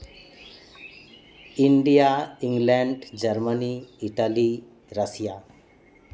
India England Germany Italy Russia